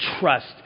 trust